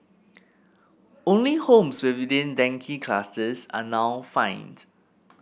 only homes within dengue clusters are now fined